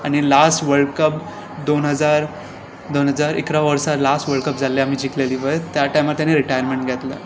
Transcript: आनी last world cup दोन हजार दोन हजार इकरा वर्सा जाल्ले आमी जिकलेलीं पळय त्या टायमार ताणें रिटायरमेंट घेतलो